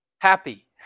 happy